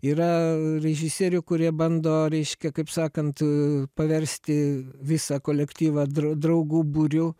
yra režisierių kurie bando reiškia kaip sakant paversti visą kolektyvą dra draugų būriu